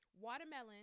Watermelon